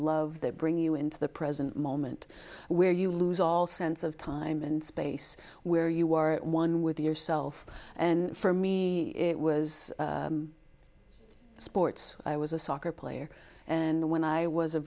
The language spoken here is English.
love that bring you into the present moment where you lose all sense of time and space where you are at one with yourself and for me it was sports i was a soccer player and when i was a